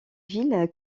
ville